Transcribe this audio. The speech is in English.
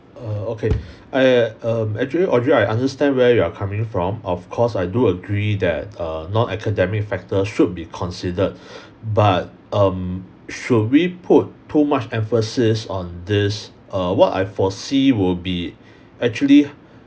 err okay I um actually audrey I understand where you are coming from of course I do agree that err non-academic factors should be considered but um should we put too much emphasis on this err what I foresee will be actually